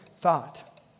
thought